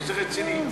איזה רציני?